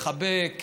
מחבק,